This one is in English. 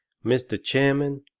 mr. chairman,